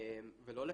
ולא לפחד.